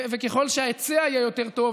וככל שההיצע יהיה יותר טוב,